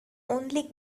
only